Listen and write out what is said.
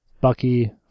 Bucky